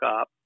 up